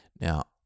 Now